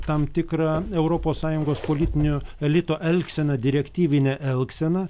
tam tikrą europos sąjungos politinio elito elgseną direktyvinę elgseną